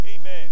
Amen